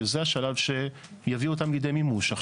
שזה השלב שיביאו אותם לידי מימוש.